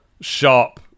sharp